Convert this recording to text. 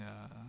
ya